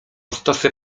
stosy